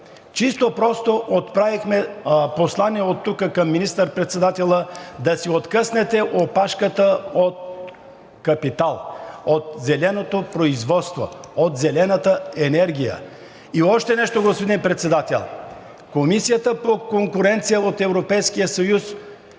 чисто и просто отправихме послание оттук към министър-председателя да си откъснете опашката от „Капитал“, от зеленото производство, от зелената енергия. И още нещо, господин Председател, Комисията по конкуренция от Европейския съюз